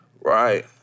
Right